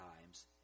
times